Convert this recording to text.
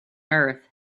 earth